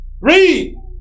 Read